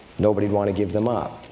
nobody would want to give them up.